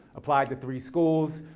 applied to three schools.